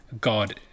god